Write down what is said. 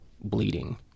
bleeding